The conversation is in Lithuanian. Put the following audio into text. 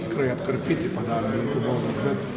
tikrai apkarpyti padarant laiku baudas bet